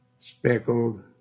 Speckled